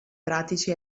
pratici